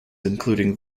including